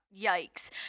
Yikes